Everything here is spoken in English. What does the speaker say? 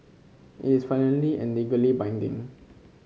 it is final and legally binding